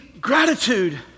gratitude